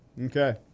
Okay